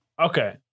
Okay